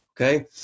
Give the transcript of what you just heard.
okay